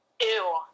Ew